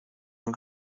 dans